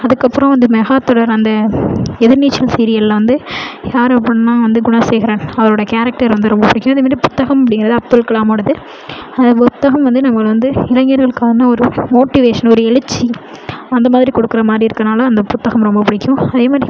அதுக்கப்புறம் வந்து மெகா தொடர் அந்த எதிர்நீச்சல் சீரியலில் வந்து யார் அப்படின்னா வந்து குணசேகரன் அவரோட கேரக்டர் ரொம்ப ரொம்ப பிடிக்கும் அதே மாதிரி புத்தகம் அப்படிங்கிறது அப்துல்கலாமோடது அந்த புத்தகம் வந்து நம்மளுக்கு வந்து இளைஞர்களுக்கான ஒரு மோட்டிவேஷன் ஒரு எழுச்சி அந்த மாதிரி கொடுக்குற மாதிரி இருக்கனால் அந்த புத்தகம் ரொம்ப பிடிக்கும் அதே மாதிரி